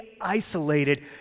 isolated